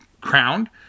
crowned